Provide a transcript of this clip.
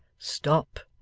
stop!